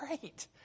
great